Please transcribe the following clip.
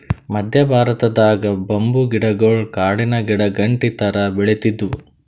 ಮದ್ಯ ಭಾರತದಾಗ್ ಬಂಬೂ ಗಿಡಗೊಳ್ ಕಾಡಿನ್ ಗಿಡಾಗಂಟಿ ಥರಾ ಬೆಳಿತ್ತಿದ್ವು